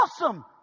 awesome